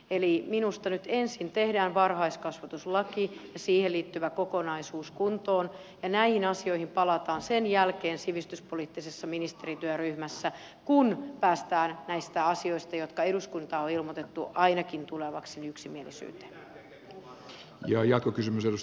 eli minusta nyt ensin tehdään varhaiskasvatuslaki ja siihen liittyvä kokonaisuus kuntoon ja näihin asioihin palataan sen jälkeen sivistyspoliittisessa ministerityöryhmässä kun päästään näistä asioista jotka eduskuntaan on ilmoitettu ainakin tulevaksi yksimielisyyteen